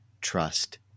trust